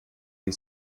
die